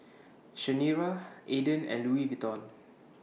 Chanira Aden and Louis Vuitton